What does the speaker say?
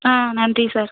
ஆ நன்றி சார்